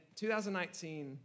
2019